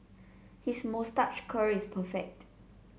his moustache curl is perfect